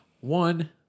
One